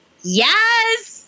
yes